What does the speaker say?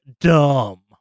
dumb